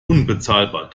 unbezahlbar